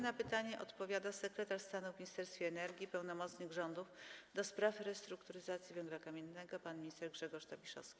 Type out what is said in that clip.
Na pytanie odpowiada sekretarz stanu w Ministerstwie Energii, pełnomocnik rządu do spraw restrukturyzacji węgla kamiennego pan minister Grzegorz Tobiszowski.